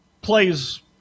plays